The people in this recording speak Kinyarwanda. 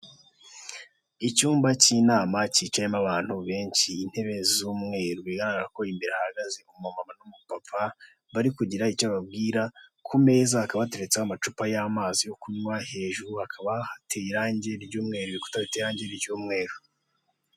Icyumba cy'inama cyicayemo abantu benshi intebe z'umweru bigaragara ko imbere hahagaze umumama n 'umupapa bari kugira icyo bababwira ku meza hakaba hateretseho amacupa y'amazi yo kunywa hejuru hakaba hateye irangi ry'umweru ibikuta biteye iranjye ry' umweru.